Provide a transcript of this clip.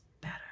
better